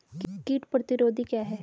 कीट प्रतिरोधी क्या है?